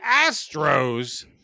Astros